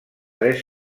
tres